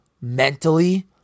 mentally